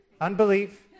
Unbelief